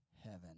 heaven